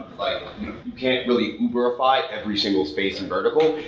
like you can't really uberify ever single space in vertical,